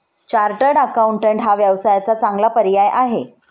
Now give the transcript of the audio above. chartered accountant हा व्यवसायाचा चांगला पर्याय आहे